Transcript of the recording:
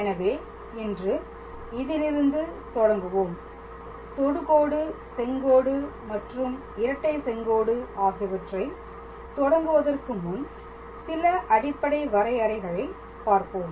எனவே இன்று இதிலிருந்து தொடங்குவோம் தொடுகோடு செங்கோடு மற்றும் இரட்டை செங்கோடு ஆகியவற்றை தொடங்குவதற்கு முன் சில அடிப்படை வரையறைகளை பார்ப்போம்